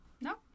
No